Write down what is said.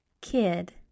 Kid